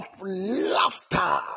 laughter